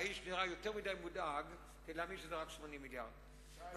האיש נראה יותר מדי מודאג מכדי להאמין שזה רק 80 מיליארד שקל.